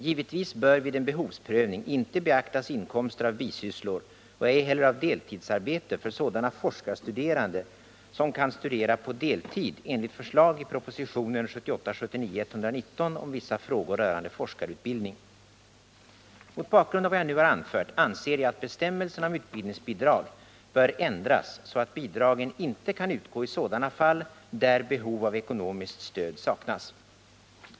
Givetvis bör vid en behovsprövning inte beaktas inkomster av bisysslor och ej heller av deltidsarbete för sådana forskarstuderande som kan studera på deltid enligt Mot bakgrund av vad jag nu har anfört anser jag att bestämmelsrna om utbildningsbidrag bör ändras så att bidragen inte kan utgå i sådana fall där behov av ekonomiskt stöd saknas.